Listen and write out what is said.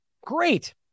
Great